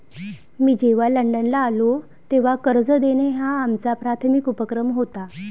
मी जेव्हा लंडनला आलो, तेव्हा कर्ज देणं हा आमचा प्राथमिक उपक्रम होता